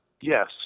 Yes